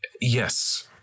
Yes